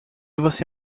você